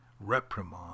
reprimand